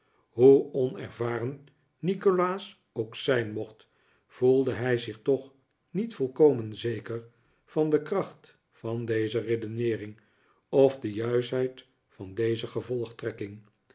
hoe onervaren nikolaas ook zijn mocht voeldehij zich toch niet volkomen zeker van de kracht van deze redeneering of de juistheid van deze gevolgtrekking